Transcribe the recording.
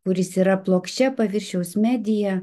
kuris yra plokščia paviršiaus medija